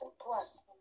plus